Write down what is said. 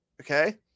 okay